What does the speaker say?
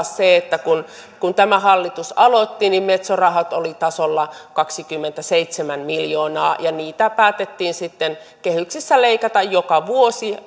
se että kun kun tämä hallitus aloitti niin metso rahat olivat tasolla kaksikymmentäseitsemän miljoonaa ja niitä päätettiin sitten kehyksessä leikata joka vuosi